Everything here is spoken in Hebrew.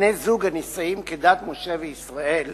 בני-זוג הנישאים כדת משה וישראל